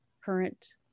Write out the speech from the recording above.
current